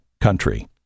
country